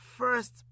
First